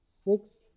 Six